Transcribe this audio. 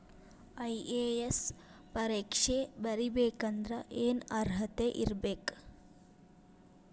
IAS ಪರೇಕ್ಷೆ ಬರಿಬೆಕಂದ್ರ ಏನ್ ಅರ್ಹತೆ ಇರ್ಬೇಕ?